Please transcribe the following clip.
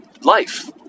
life